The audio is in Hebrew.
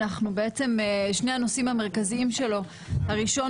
אנחנו בעצם שני הנושאים המרכזיים שלו הראשון